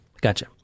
Gotcha